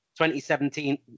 2017